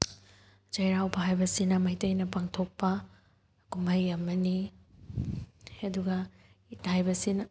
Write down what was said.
ꯆꯩꯔꯥꯎꯕ ꯍꯥꯏꯕꯁꯤꯅ ꯃꯩꯇꯩꯅ ꯄꯥꯡꯊꯣꯛꯄ ꯀꯨꯝꯍꯩ ꯑꯃꯅꯤ ꯑꯗꯨꯒ ꯏꯠ ꯍꯥꯏꯕꯁꯤꯅ